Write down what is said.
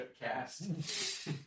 cast